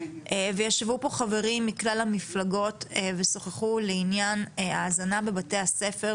וישבו פה חברים מכלל המפלגות ושוחחו בעניין ההזנה בבתי הספר,